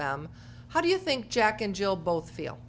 them how do you think jack and jill both feel